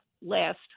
last